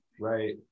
Right